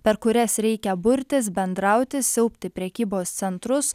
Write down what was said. per kurias reikia burtis bendrauti siaubti prekybos centrus